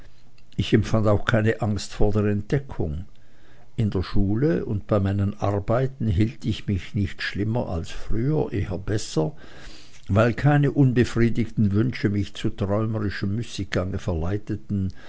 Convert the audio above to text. ich empfand auch keine angst vor der entdeckung in der schule und bei meinen arbeiten hielt ich mich nicht schlimmer als früher eher besser weil keine unbefriedigten wünsche mich zu träumerischem müßiggange verleiteten